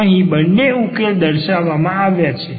અહીં બંને ઉકેલ દર્શાવવામાં આવ્યા છે